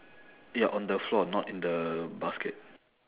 ya on the floor not in the basket